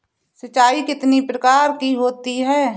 सिंचाई कितनी प्रकार की होती हैं?